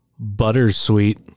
buttersweet